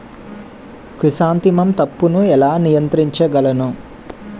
Chrysanthemum తప్పును ఎలా నియంత్రించగలను?